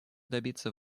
добиться